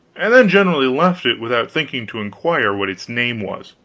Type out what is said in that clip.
and then generally left it without thinking to inquire what its name was